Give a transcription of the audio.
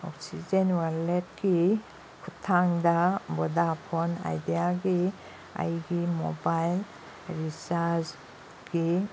oxygen ꯋꯥꯜꯂꯦꯠꯀꯤ ꯈꯨꯊꯥꯡꯗ Vodafone ꯑꯥꯏꯗꯤꯌꯥꯒꯤ ꯑꯩꯒꯤ ꯃꯣꯕꯥꯏꯜ ꯔꯤꯆꯥꯔꯖꯒꯤ